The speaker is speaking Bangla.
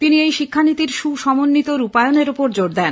তিনি এই শিক্ষানীতির সুসমন্বিত রূপায়ণের ওপর জোর দেন